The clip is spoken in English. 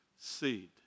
Seed